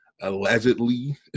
allegedly